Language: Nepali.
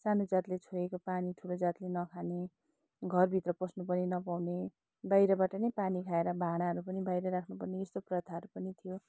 सानो जातले छोएको पानी ठुलो जातले नखाने घरभित्र पस्नु पनि नपाउने बाहिरबाट नै पानी खाएर भाँडाहरू पनि बाहिर राख्नुपर्ने यस्तो प्रथाहरू पनि थियो